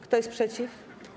Kto jest przeciw?